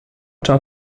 cha